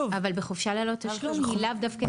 אבל בחופשה ללא תשלום היא לאו דווקא בבית המעסיק.